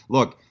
Look